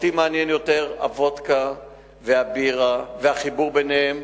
אותי מעניינים יותר הוודקה והבירה והחיבור ביניהם,